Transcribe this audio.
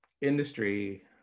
industry